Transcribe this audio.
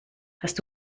hast